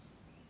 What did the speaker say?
!wah!